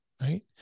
right